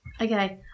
Okay